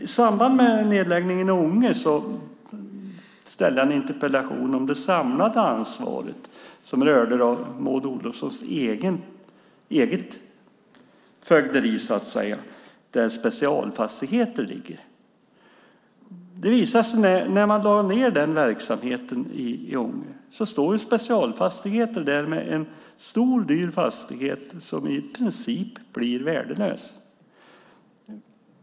I samband med nedläggningen i Ånge ställde jag en interpellation om det samlade ansvaret som rörde Maud Olofssons eget fögderi, där Specialfastigheter ligger. När man lagt ned den verksamheten i Ånge står Specialfastigheter där med en stor och dyr fastighet som i princip blir värdelös.